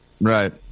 Right